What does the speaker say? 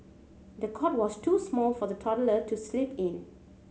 the cot was too small for the toddler to sleep in